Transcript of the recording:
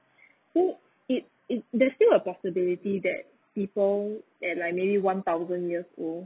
so if if let's say a possibility that people that like maybe one thousand years old